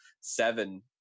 seven